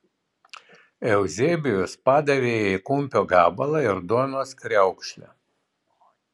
euzebijus padavė jai kumpio gabalą ir duonos kriaukšlę